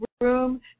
room